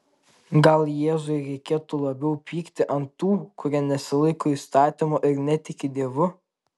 gal jėzui reikėtų labiau pykti ant tų kurie nesilaiko įstatymo ir netiki dievu